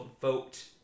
vote